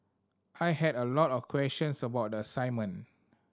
I had a lot of questions about the assignment